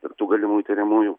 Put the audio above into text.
ir tų galimų įtariamųjų